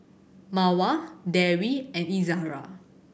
Mawar Dewi and Izara